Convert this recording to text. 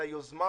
ליוזמה